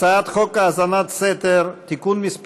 הצעת חוק האזנת סתר (תיקון מס'